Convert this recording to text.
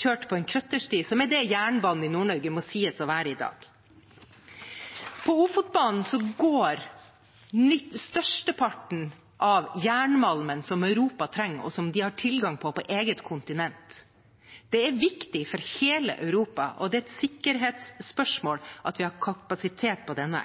kjørt på en krøttersti – som er det jernbanen i Nord-Norge må sies å være i dag. På Ofotbanen går størsteparten av jernmalmen som Europa trenger, og som de har tilgang til på eget kontinent. Det er viktig for hele Europa, og det er et sikkerhetsspørsmål at vi har kapasitet på denne